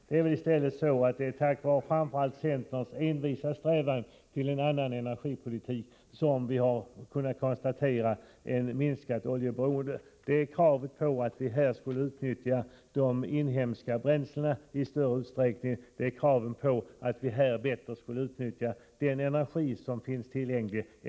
Det är i stället tack vare framför allt centerns envisa strävan mot en annan energipolitik som vi har kunnat konstatera ett minskat oljeberoende. Det är centern som ställt krav på att vi i större utsträckning skall utnyttja de inhemska bränslena och bättre än tidigare utnyttja den energi som finns tillgänglig.